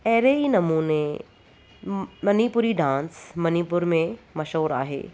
अहिड़े ई नमूने मनिपुरी डांस मनिपुर में मशहूरु आहे